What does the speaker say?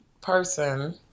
person